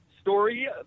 story